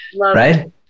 right